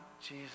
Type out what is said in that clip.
Jesus